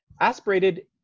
Aspirated